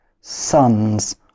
sons